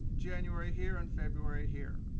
january here, and february here.